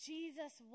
Jesus